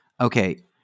okay